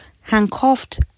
handcuffed